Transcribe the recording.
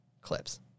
clips